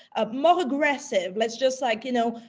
ah more aggressive. let's just like, you know,